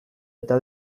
eta